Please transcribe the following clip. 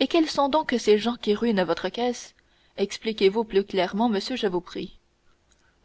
et quels sont donc ces gens qui ruinent votre caisse expliquez-vous plus clairement monsieur je vous prie